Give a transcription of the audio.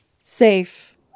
safe